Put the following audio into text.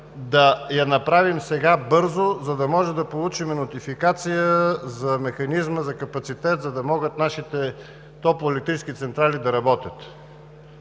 да я направим сега, бързо, за да можем да получим нотификация за механизма за капацитет, за да могат нашите топлоелектрически централи да работят.